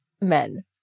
men